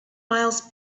miles